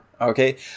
okay